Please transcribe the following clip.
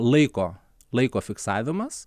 laiko laiko fiksavimas